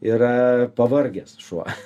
yra pavargęs šuo